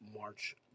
March